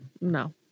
No